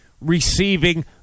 receiving